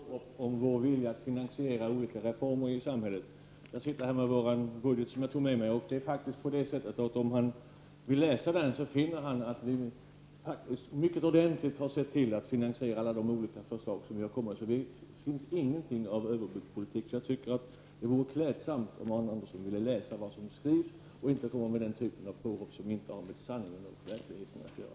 Herr talman! Jag är litet förvånad över Arne Anderssons plötsliga påhopp på oss om vår vilja att finansiera olika reformer i samhället. Om Arne Andersson vill läsa vårt budgetförslag finner han verkligen att vi har sett till att finansiera de olika förslag som vi kommit med. Det finns ingenting av överbudspolitik. Jag tycker att det vore klädsamt om Arne Andersson ville läsa vad som har skrivits och inte kom med sådana påhopp som inte har med sanningen och verkligheten att göra.